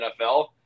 NFL